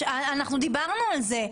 אנחנו דיברנו על זה.